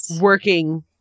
working